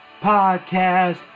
podcast